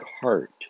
heart